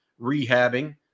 rehabbing